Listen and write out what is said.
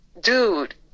dude